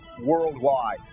worldwide